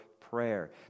prayer